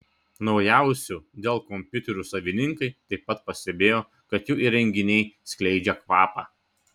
naujausių dell kompiuterių savininkai taip pat pastebėjo kad jų įrenginiai skleidžia kvapą